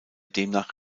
demnach